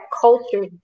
culture